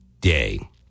Day